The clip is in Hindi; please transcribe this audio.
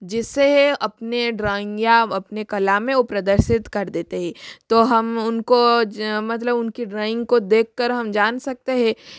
जिसे अपने ड्राइंग या अपने कला में ओ प्रदर्शित कर देते हैं तो हम उनको मतलब उनकी ड्राइंग को देखकर हम जान सकते हैं